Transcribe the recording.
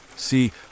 See